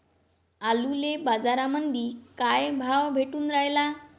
आलूले बाजारामंदी काय भाव भेटून रायला?